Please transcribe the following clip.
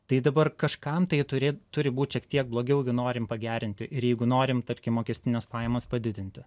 tai dabar kažkam tai turė turi būti šiek tiek blogiau jeigu norim pagerinti ir jeigu norim tarkim mokestines pajamas padidinti